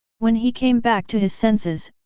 when he came back to his senses,